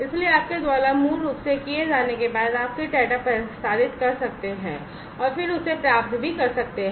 इसलिए आपके द्वारा मूल रूप से किए जाने के बाद आप फिर डेटा प्रसारित कर सकते हैं और फिर उसे प्राप्त भी कर सकते हैं